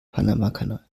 panamakanal